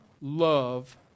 love